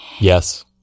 Yes